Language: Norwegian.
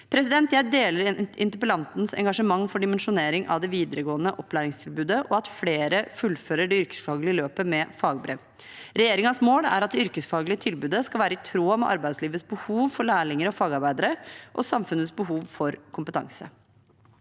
opplæring. Jeg deler interpellantens engasjement for dimensjonering av det videregående opplæringstilbudet og at flere fullfører det yrkesfaglige løpet med fagbrev. Regjeringens mål er at det yrkesfaglige tilbudet skal være i tråd med arbeidslivets behov for lærlinger og fagarbeidere og samfunnets behov for kompetanse.